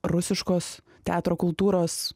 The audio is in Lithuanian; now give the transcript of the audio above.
rusiškos teatro kultūros